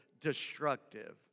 destructive